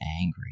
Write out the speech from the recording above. angry